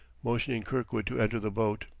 motioning kirkwood to enter the boat.